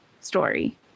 story